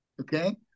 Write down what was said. Okay